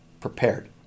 prepared